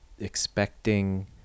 Expecting